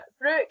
Brooke